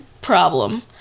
problem